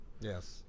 Yes